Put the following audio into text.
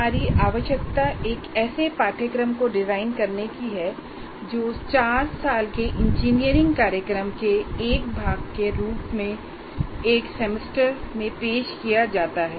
हमारी आवश्यकता एक ऐसे पाठ्यक्रम को डिजाइन करने की है जो चार साल के इंजीनियरिंग कार्यक्रम के एक भाग के रूप में एक सेमेस्टर में पेश किया जाता है